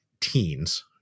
teens